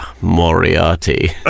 Moriarty